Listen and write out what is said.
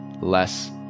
less